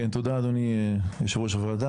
כן, תודה אדוני יושב ראש הוועדה.